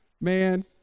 man